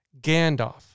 Gandalf